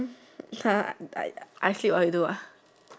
ya I die duck I sleep while you do ah